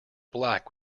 black